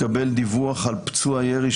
התקבל דיווח על פצוע ירי,